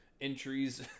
entries